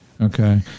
Okay